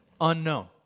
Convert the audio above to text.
unknown